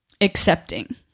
accepting